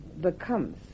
becomes